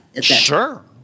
Sure